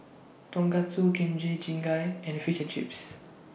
Tonkatsu Kimchi Jjigae and Fish and Chips